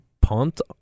pumped